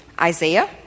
Isaiah